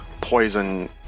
poison